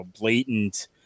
blatant